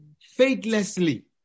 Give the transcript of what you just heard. faithlessly